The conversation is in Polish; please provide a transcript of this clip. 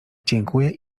dziękuję